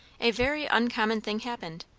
a very uncommon thing happened.